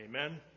Amen